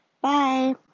Bye